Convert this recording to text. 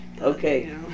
okay